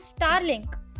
Starlink